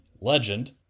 Legend